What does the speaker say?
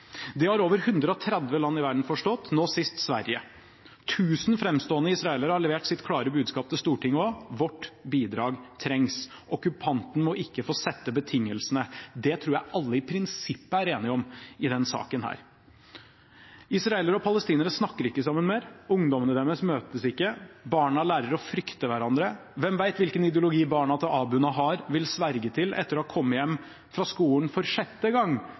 Det har over 130 land i verden forstått, nå sist Sverige. Tusen framstående israelere har levert sitt klare budskap til Stortinget: Vårt bidrag trengs. Okkupanten må ikke få sette betingelsene. Det tror jeg alle i prinsippet er enige om i denne saken. Israelere og palestinere snakker ikke sammen mer. Ungdommene deres møtes ikke. Barna lærer å frykte hverandre. Hvem vet hvilken ideologi barna til Abu Nahar vil sverge til etter å ha kommet hjem fra skolen for sjette gang